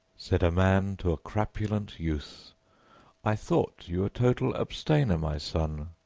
said a man to a crapulent youth i thought you a total abstainer, my son.